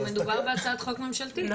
כשמדובר בהצעת חוק ממשלתית,